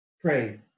pray